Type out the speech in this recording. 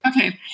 Okay